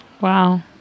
Wow